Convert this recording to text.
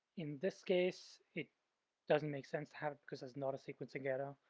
in this case, it doesn't make sense to have it because there's not a sequencing error.